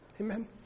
Amen